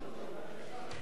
אברהם דיכטר,